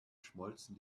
schmolzen